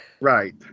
right